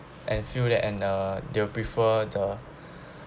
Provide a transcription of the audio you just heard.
and feel that and uh they will prefer the